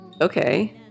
okay